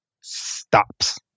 stops